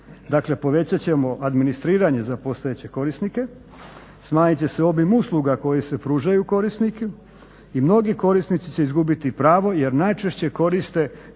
Dakle povećat ćemo administriranje za postojeće korisnike, smanjit će se obim usluga koji se pružaju korisnicima i mnogi korisnici će izgubiti pravo jer najčešće koriste